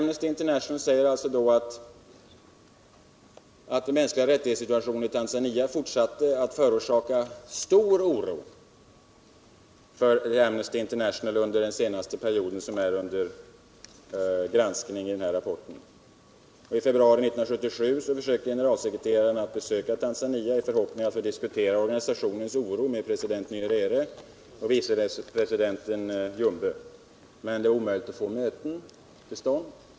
Amnesty International säger alt den mänskliga rättighetssituationen i Tanzania forsatte att förorsaka stor oro för Amnesty International för den senaste perioden som är under granskning i denna rapport. I februari 1977 försökte generalsekreteraren besöka Tanzania i förhoppning att få diskutera organisationens oro med president Nycrere och vice president Jumbe, men det var omöjligt att få möten till stånd.